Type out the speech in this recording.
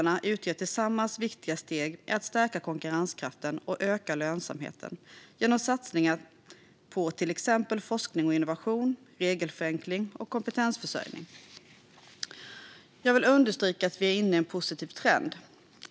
Handlingsplanen utgör ett viktigt steg i att stärka konkurrenskraften och öka lönsamheten genom satsningar på till exempel forskning och innovation, regelförenkling och kompetensförsörjning. Jag vill understryka att vi är inne i en positiv trend.